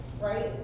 right